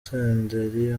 senderi